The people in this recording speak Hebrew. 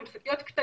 הן שקיות קטנות,